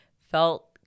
felt